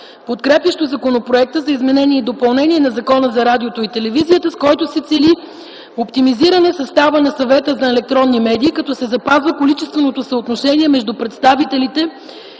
подкрепящо Законопроекта за изменение и допълнение на Закона за радиото и телевизията, с който се цели оптимизиране състава на Съвета за електронни медии като се запазва количественото съотношение между представителите,